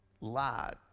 lied